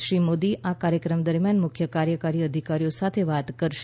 શ્રી મોદી કાર્યક્રમ દરમિયાન મુખ્ય કાર્યકારી અધિકારીઓ સાથે વાત કરશે